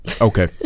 Okay